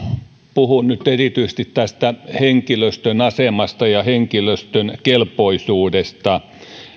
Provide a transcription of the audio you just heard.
puhun nyt erityisesti tästä henkilöstön asemasta ja henkilöstön kelpoisuudesta ja toistan nyt vielä